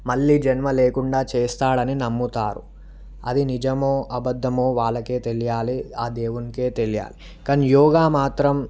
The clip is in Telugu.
మళ్ళీ జన్మ లేకుండా చేస్తాడని నమ్ముతారు అది నిజమో అబద్దమో వాళ్ళకే తెలియాలి ఆ దేవునికే తెలియాలి కానీ యోగా మాత్రం